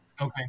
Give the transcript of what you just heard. Okay